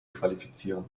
qualifizieren